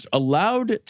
allowed